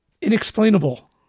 inexplainable